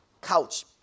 couch